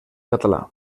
català